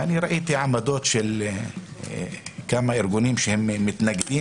ואני ראיתי עמדות של כמה ארגונים שהם מתנגדים